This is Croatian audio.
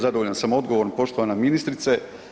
Zadovoljan sam odgovorom poštovana ministrice.